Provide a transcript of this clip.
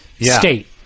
state